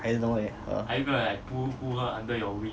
I don't know eh err